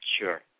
Sure